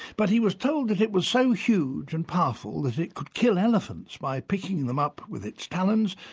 but he was told that it was so huge and powerful that it could kill elephants by picking them up with its talons,